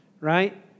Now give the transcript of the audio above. right